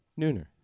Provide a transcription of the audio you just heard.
Nooner